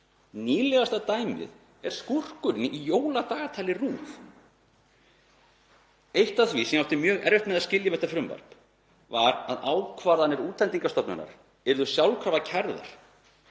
Nýlegasta dæmið er skúrkurinn í jóladagatali RÚV. Eitt af því sem ég átti mjög erfitt með að skilja við þetta frumvarp var að ákvarðanir Útlendingastofnunar yrðu sjálfkrafa kærðar.